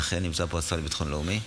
ואכן, נמצא פה השר לביטחון לאומי.